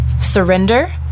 surrender